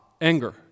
anger